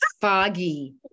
foggy